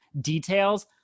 details